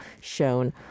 shown